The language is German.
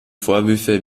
vorwürfe